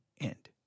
end